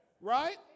Right